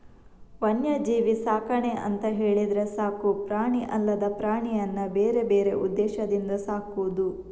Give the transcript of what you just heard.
ವನ್ಯಜೀವಿ ಸಾಕಣೆ ಅಂತ ಹೇಳಿದ್ರೆ ಸಾಕು ಪ್ರಾಣಿ ಅಲ್ಲದ ಪ್ರಾಣಿಯನ್ನ ಬೇರೆ ಬೇರೆ ಉದ್ದೇಶದಿಂದ ಸಾಕುದು